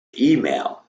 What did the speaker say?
email